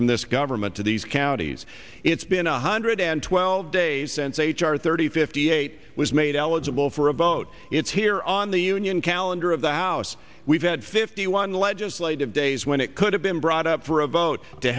from this government to these counties it's been a hundred and twelve days a sense h r thirty fifty eight was made eligible for a vote it's here on the union calendar of the house we've had fifty one legislative days when it could have been brought up for a vote to